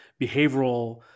behavioral